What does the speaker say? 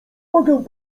mogę